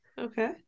Okay